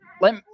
let